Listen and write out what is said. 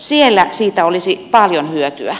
siellä siitä olisi paljon hyötyä